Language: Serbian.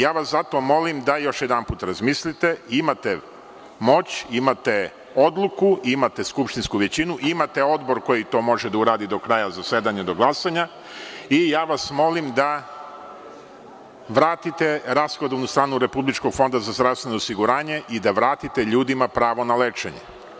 Ja vas zato molim da još jedanput razmislite, imate moć, imate odluku, imate skupštinsku većinu, imate Odbor koji to može da uradi do kraja zasedanja, do glasanja i ja vas molim da vratite rashodovanu stranu RFZO i da vratite ljudima pravo na lečenje.